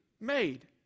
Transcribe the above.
made